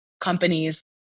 companies